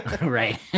Right